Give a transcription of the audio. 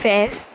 फेस्त